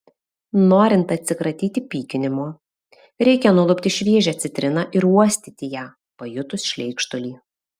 norint atsikratyti pykinimo reikia nulupti šviežią citriną ir uostyti ją pajutus šleikštulį